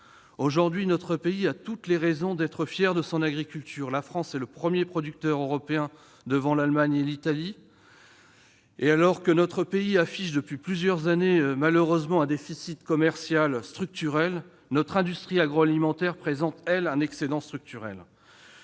Aujourd'hui, notre pays a toutes les raisons d'être fier de son agriculture. La France est le premier producteur agricole européen, devant l'Allemagne et l'Italie. Alors que notre pays affiche malheureusement, depuis plusieurs années, un déficit commercial structurel, notre industrie agroalimentaire présente, elle, un excédent structurel.